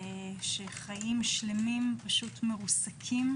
שחיים שלמים פשוט מרוסקים,